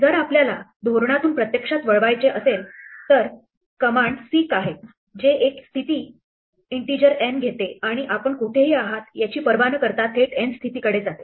जर आपल्याला धोरणातून प्रत्यक्षात वळवायचे असेल तर कमांड seek आहे जे एक स्थितीइन्टिजर n घेते आणि आपण कोठेही आहात याची पर्वा न करता थेट n स्थितीकडे जाते